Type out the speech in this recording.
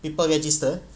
people register